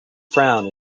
frown